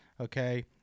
okay